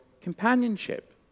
companionship